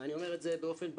ואני אומר את זה באופן ברור,